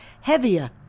heavier